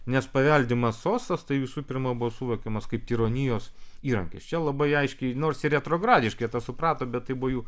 nes paveldimas sostas tai visų pirma buvo suvokiamas kaip tironijos įrankis čia labai aiškiai nors retrogradiškai tą suprato bet tai buvo jų